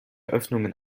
öffnungen